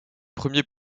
premiers